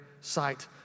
sight